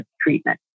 treatment